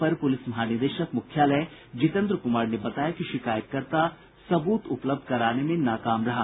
अपर police महानिदेशक मुख्यालय जितेन्द्र कुमार ने बताया कि शिकायतकर्ता सबूत उपलब्ध कराने में भी नाकाम रहा